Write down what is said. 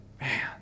Man